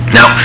Now